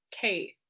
Kate